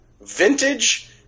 vintage